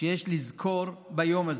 שיש לזכור ביום הזה: